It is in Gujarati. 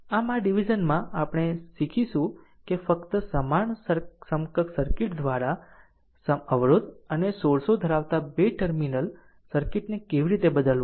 આમ આ ડીવીઝન માં આપણે શીખીશું કે ફક્ત સમાન સમકક્ષ સર્કિટ દ્વારા અવરોધ અને સોર્સો ધરાવતા બે ટર્મિનલ સર્કિટને કેવી રીતે બદલવું